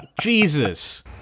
Jesus